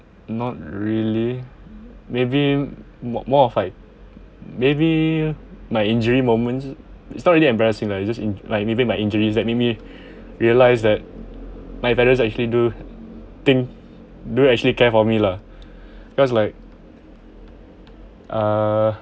not really maybe more more of like maybe my injury moments it's not really embarrassing lah it's just in~ like maybe my injuries that made me realise that my parents actually do think do actually care for me lah because like uh